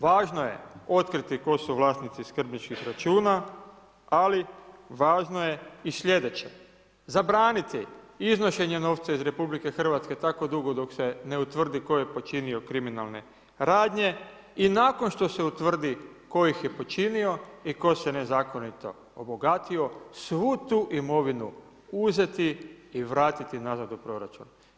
Važno je otkriti tko su vlasnici skrbničkih računa, ali važno je i slijedeće, zabraniti iznošenje novca iz RH tako dugo dok se ne utvrdi tko je počinio kriminalne radnje i nakon što se utvrdi tko je ih je počinio i tko se nezakonito obogatio, svu tu imovinu uzeti i vratiti nazad u proračun.